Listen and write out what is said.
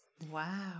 Wow